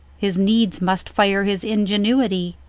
his needs must fire his ingenuity.